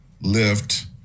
lift